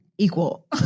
equal